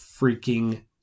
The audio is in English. freaking